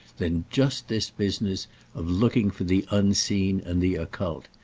than just this business of looking for the unseen and the occult,